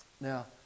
Now